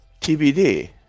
TBD